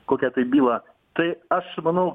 kokia tai byla tai aš manau